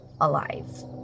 alive